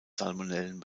salmonellen